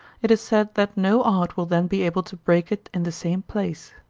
it is said that no art will then be able to break it in the same place.